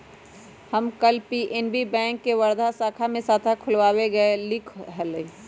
हम कल PNB bank के वर्धा शाखा में खाता खुलवावे गय लीक हल